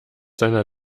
seiner